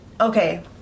Okay